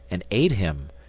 and ate him,